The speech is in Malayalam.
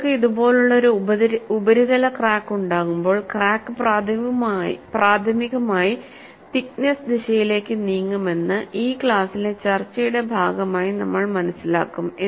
നിങ്ങൾക്ക് ഇതുപോലുള്ള ഒരു ഉപരിതല ക്രാക്ക് ഉണ്ടാകുമ്പോൾ ക്രാക്ക് പ്രാഥമികമായി തിക്നെസ്സ് ദിശയിലേക്ക് നീങ്ങുമെന്ന് ഈ ക്ലാസിലെ ചർച്ചയുടെ ഭാഗമായി നമ്മൾ മനസ്സിലാക്കും